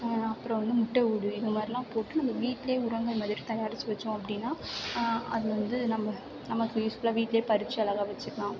அப்புறம் வந்து முட்டை ஓடு இது மாதிரிலாம் போட்டு நம்மளுக்கு வீட்டிலையே உரங்கள் மாதிரி தயாரிச்சு வெத்தோம் அப்படின்னா அது வந்து நம்ம நமக்கு யூஸ்ஃபுல்லாக வீட்டிலையே பறிச்சு அழகாக வெச்சுக்கலாம்